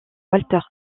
walter